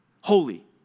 holy